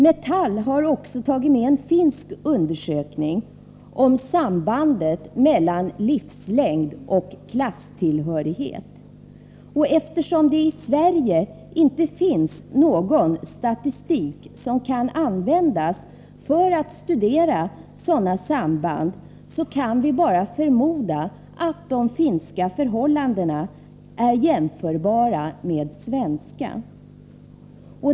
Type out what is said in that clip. Metall har också tagit med en finsk undersökning om sambandet mellan livslängd och klasstillhörighet. Eftersom det i Sverige inte finns någon statistik som kan användas för att studera sådana samband, kan vi bara förmoda att de finska förhållandena är jämförbara med de svenska.